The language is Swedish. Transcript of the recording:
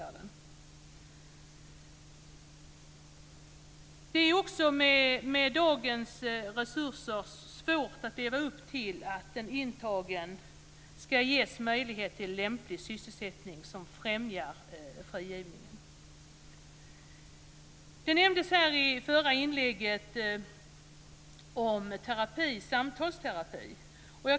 Med dagens resurser är det också svårt att leva upp till att den intagne ska ges möjlighet till lämplig sysselsättning som främjar frigivningen. I förra inlägget talades det om samtalsterapi.